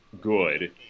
good